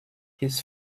his